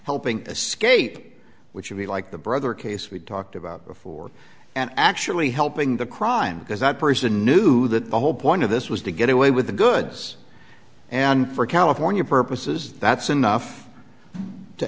helping the scape which would be like the brother case we've talked about before and actually helping the crime because that person knew that the whole point of this was to get away with the goods and for california purposes that's enough to